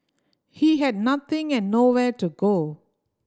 he had nothing and nowhere to go